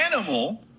animal